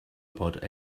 about